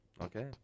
Okay